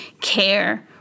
care